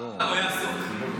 הוא היה עסוק.